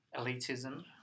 elitism